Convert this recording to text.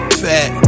fat